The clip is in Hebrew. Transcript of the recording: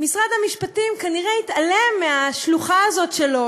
משרד המשפטים כנראה התעלם מהשלוחה הזאת שלו,